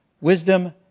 Wisdom